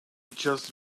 just